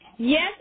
Yes